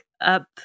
up